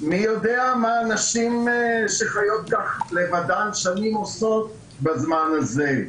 מי יודע מה נשים שחיות כך לבדן שנים עושות בזמן הזה?